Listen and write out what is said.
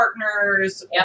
partners